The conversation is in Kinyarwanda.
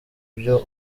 byo